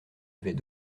avait